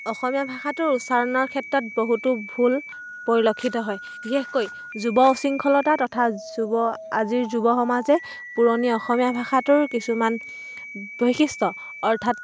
অসমীয়া ভাষাটোৰ উচ্চাৰণৰ ক্ষেত্ৰত বহুতো ভুল পৰিলক্ষিত হয় বিশেষকৈ যুৱ উশৃংখলতা তথা যুৱ আজিৰ যুৱ সমাজে পুৰণি অসমীয়া ভাষাটোৰ কিছুমান বৈশিষ্ট্য অৰ্থাৎ